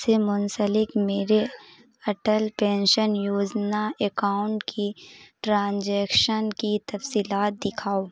سے منسلک میرے اٹل پینشن یوجنا اکاؤنٹ کی ٹرانزجیکشن کی تفصیلات دکھاؤ